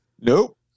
Nope